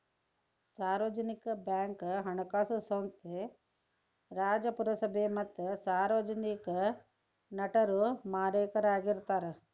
ಸಾರ್ವಜನಿಕ ಬ್ಯಾಂಕ್ ಹಣಕಾಸು ಸಂಸ್ಥೆ ರಾಜ್ಯ, ಪುರಸಭೆ ಮತ್ತ ಸಾರ್ವಜನಿಕ ನಟರು ಮಾಲೇಕರಾಗಿರ್ತಾರ